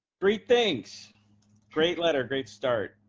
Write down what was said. great things great letter. great start.